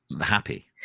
happy